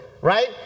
right